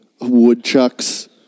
woodchucks